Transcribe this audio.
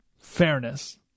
fairness